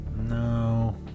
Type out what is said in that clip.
No